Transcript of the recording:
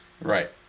Right